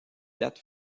date